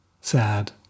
sad